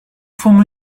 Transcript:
form